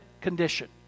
condition